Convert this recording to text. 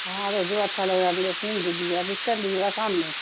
ہاں ر جو اچھا لگا ا ملے سین دے دیا کس ٹم دییے آسام میں